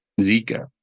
Zika